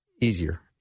easier